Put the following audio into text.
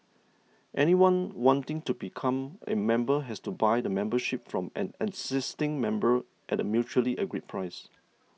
anyone wanting to become a member has to buy the membership from an existing member at a mutually agreed price